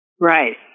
Right